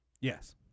Yes